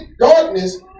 darkness